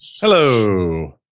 Hello